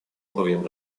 уровнем